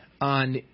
on